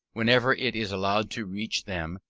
whenever it is allowed to reach them,